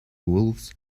wolves